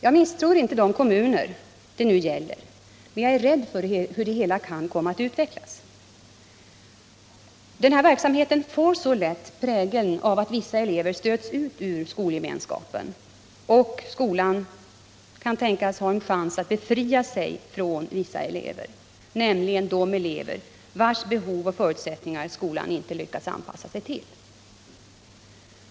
Jag misstror inte de kommuner det nu gäller, men jag är rädd för hur det hela kan komma att utvecklas. Denna verksamhet får så lätt prägeln av att vissa elever stöts ut ur skolgemenskapen och av att skolan kan tänkas ha en chans att befria sig från vissa elever, nämligen de elever vilkas behov och förutsättningar skolan inte lyckats anpassa sig till.